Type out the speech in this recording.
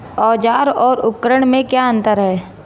औज़ार और उपकरण में क्या अंतर है?